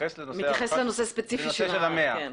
מתייחס לנושא הספציפי של ה-100,